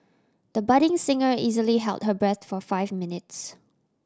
the budding singer easily held her breath for five minutes